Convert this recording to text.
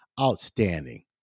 outstanding